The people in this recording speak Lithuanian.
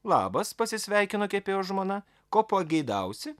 labas pasisveikino kepėjo žmona ko pageidausi